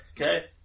okay